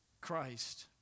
Christ